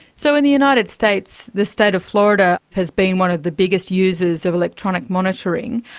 so, in the united states, the state of florida has been one of the biggest users of electronic monitoring.